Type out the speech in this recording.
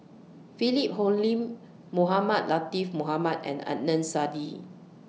Philip Hoalim Mohamed Latiff Mohamed and Adnan Saidi